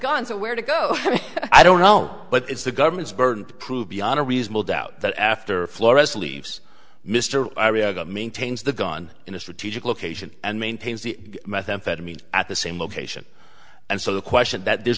somewhere to go i don't know but it's the government's burden to prove beyond a reasonable doubt that after flores leaves mr maintains the gun in a strategic location and maintains the methamphetamine at the same location and so the question that there's